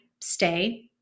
stay